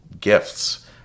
gifts